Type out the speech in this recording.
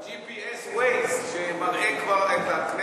עם GPS, Waze, שמראה כבר את הכנסת.